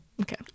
Okay